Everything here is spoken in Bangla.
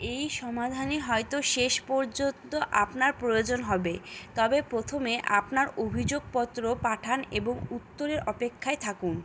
এই সমাধানই হয়তো শেষ পর্যন্ত আপনার প্রয়োজন হবে তবে প্রথমে আপনার অভিযোগপত্র পাঠান এবং উত্তরের অপেক্ষায় থাকুন